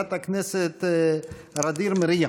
חברת הכנסת ע'דיר מריח.